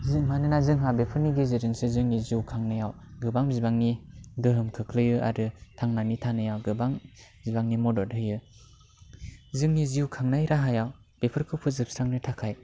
मानोना जोंहा बेफोरनि गेजेरजोंसो जोंनि जिउखांनायाव गोबां बिबांनि गोहोम खोख्लैयो आरो थांनानै थानाया गोबां बिबांनि मदद होयो जोंनि जिउ खांनाय राहाया बेफोरखौ फोजोबस्रांनो थाखाय